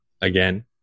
Again